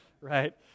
right